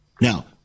Now